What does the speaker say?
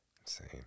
insane